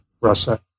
Russia